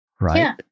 right